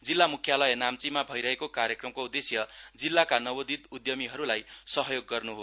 जिल्ला म्ख्यालय नाम्चीमा भइरहेको कार्यक्रमको उद्देश्य जिल्लाका नवोदित उद्यमीहरूलाई सहयोग गर्न् हो